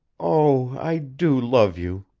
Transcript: oh, i do love you!